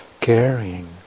caring